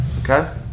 okay